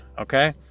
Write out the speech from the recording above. Okay